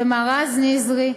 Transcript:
ומר רז נזרי,